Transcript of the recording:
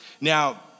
Now